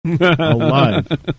Alive